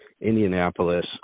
Indianapolis